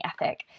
ethic